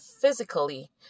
physically